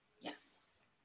Yes